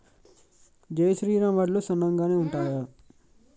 జై శ్రీరామ్ వడ్లు సన్నగనె ఉంటయా?